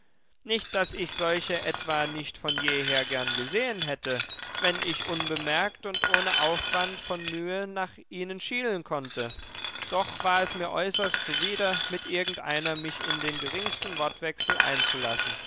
nicht daß ich solche etwa nicht von jeher gern gesehen hätte wenn ich unbemerkt und ohne aufwand von mühe nach ihnen schielen konnte doch war es mir äußerst zuwider mit irgendeiner mich in den geringsten wortwechsel einzulassen